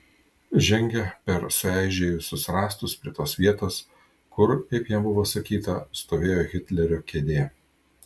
žengė per sueižėjusius rąstus prie tos vietos kur kaip jam buvo sakyta stovėjo hitlerio kėdė